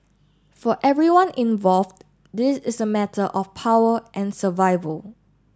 for everyone involved this is a matter of power and survival